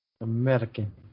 American